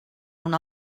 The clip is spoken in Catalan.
una